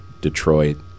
Detroit